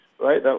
right